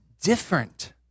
different